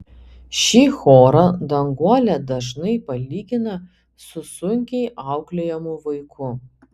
šį chorą danguolė dažnai palygina su sunkiai auklėjamu vaiku